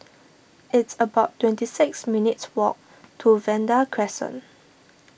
it's about twenty six minutes' walk to Vanda Crescent